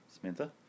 Samantha